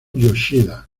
yoshida